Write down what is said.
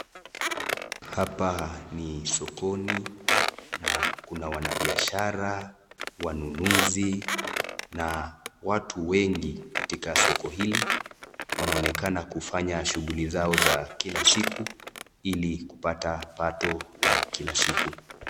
Hapa ni sokoni na kuna wanabiashara, wanunuzi na watu wengi katika soko hili wanaonekana kufanya shughuli zao za kila siku ili kupata pato la kila siku.